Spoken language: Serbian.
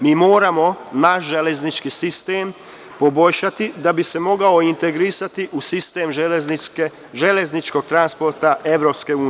Mi moramo naš železnički sistem poboljšati da bi se mogao integrisati u sistem železničkog transporta EU.